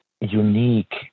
unique